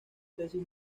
tesis